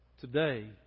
today